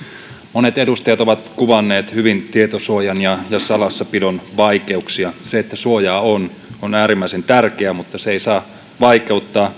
monet edustajat ovat kuvanneet hyvin tietosuojan ja salassapidon vaikeuksia se että suojaa on on äärimmäisen tärkeää mutta se ei saa vaikeuttaa